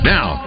Now